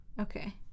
Okay